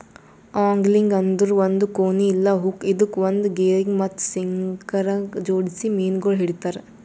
angling ಅಂದುರ್ ಒಂದ್ ಕೋನಿ ಇಲ್ಲಾ ಹುಕ್ ಇದುಕ್ ಒಂದ್ ಗೆರಿಗ್ ಮತ್ತ ಸಿಂಕರಗ್ ಜೋಡಿಸಿ ಮೀನಗೊಳ್ ಹಿಡಿತಾರ್